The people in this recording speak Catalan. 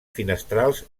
finestrals